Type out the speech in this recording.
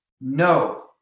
No